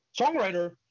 songwriter